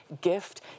gift